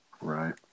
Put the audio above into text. right